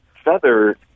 feather